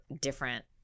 different